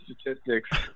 statistics